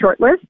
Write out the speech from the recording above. shortlist